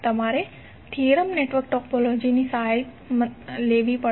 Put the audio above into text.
તમારે theorem network topology ની સહાય લેવી પડશે